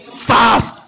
fast